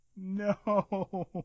No